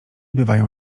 bywają